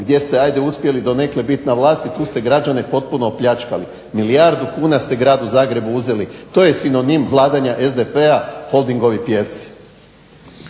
gdje ste uspjeli donekle biti na vlasti, tu ste građane potpuno opljačkali. Milijardu kuna ste Gradu Zagrebu uzeli, to je sinonim vladanja SDP-a, Holdingovi pijevci.